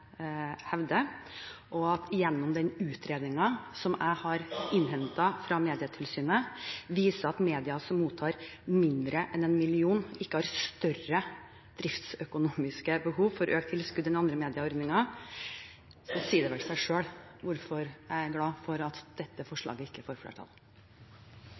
hevder, og den utredningen som jeg har innhentet fra Medietilsynet, viser at medier som mottar mindre enn 1 mill. kr, ikke har større driftsøkonomiske behov for økt tilskudd enn andre medieordninger, så sier det seg vel selv hvorfor jeg er glad for at dette forslaget ikke får flertall.